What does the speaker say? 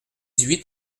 huit